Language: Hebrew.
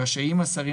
רשאים השרים,